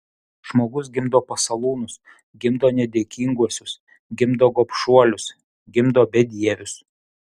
žmogus gimdo pasalūnus gimdo nedėkinguosius gimdo gobšuolius gimdo bedievius